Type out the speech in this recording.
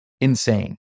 insane